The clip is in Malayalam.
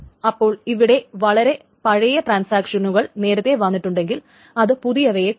അപ്പോൾ ഇവിടെ വളരെ പഴയ ട്രാൻസാക്ഷനുകൾ നേരത്തെ വന്നിട്ടുണ്ടെങ്കിൽ അത് പുതിയവയെ കൊല്ലും